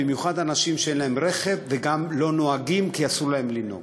במיוחד אנשים שאין להם רכב וגם לא נוהגים כי אסור להם לנהוג.